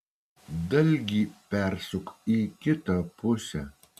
dalgį persuk į kitą pusę